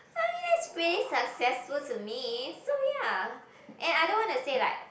I mean that's pretty successful to me so ya and I don't wanna say like